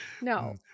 No